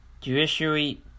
judiciary